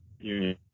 Union